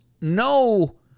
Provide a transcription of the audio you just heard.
no